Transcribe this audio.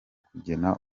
kugena